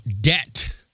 debt